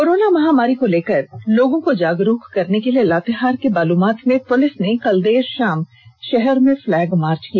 corona महामारी को लेकर लोगों को जागरूक करने के लिए लातेहार के बालूमाथ में पुलिस ने कल देर शाम शहर में फ्लैग मार्च किया